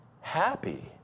happy